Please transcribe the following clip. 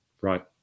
Right